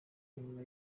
nyuma